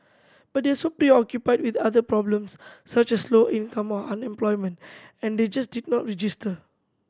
but they are so preoccupied with other problems such as low income or unemployment and they just did not register